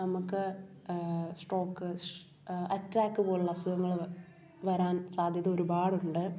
നമുക്ക് stroke attack പോലുള്ള അസുഖങ്ങൾ വരാൻ സാധ്യത ഒരുപാടുണ്ട്